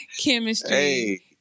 Chemistry